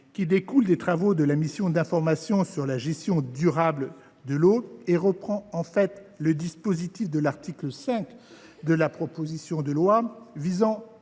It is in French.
qui découle des travaux de la mission d’information sénatoriale sur la gestion durable de l’eau et reprend en fait le dispositif de l’article 5 de la proposition de loi visant